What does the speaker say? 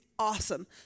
Awesome